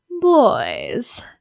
boys